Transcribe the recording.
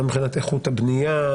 גם מבחינת איכות הבנייה,